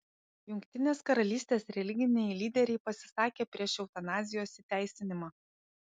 jungtinės karalystės religiniai lyderiai pasisakė prieš eutanazijos įteisinimą